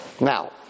Now